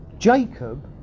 Jacob